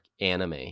anime